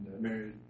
married